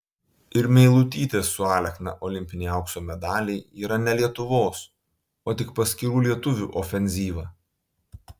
ir meilutytės su alekna olimpiniai aukso medaliai yra ne lietuvos o tik paskirų lietuvių ofenzyva